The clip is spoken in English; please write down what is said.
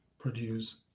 produce